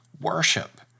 worship